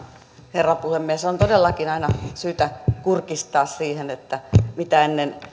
herra puhemies on todellakin aina syytä kurkistaa siihen mitä ennen